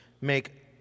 make